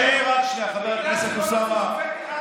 אני אסביר עוד מעט.